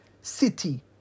city